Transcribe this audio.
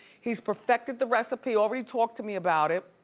he's perfected the recipe, already talked to me about it,